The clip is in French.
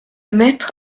mettre